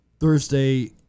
Thursday